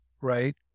right